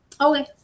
Okay